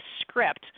script